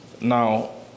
Now